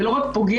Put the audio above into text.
זה לא רק פוגע,